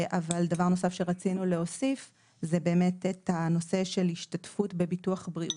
אבל דבר נוסף שרצינו להוסיף זה את נושא ההשתתפות בביטוח בריאות.